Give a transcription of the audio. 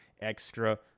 extra